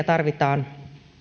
tarvitaan